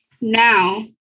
now